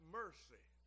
mercy